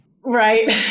right